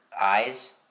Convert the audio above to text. eyes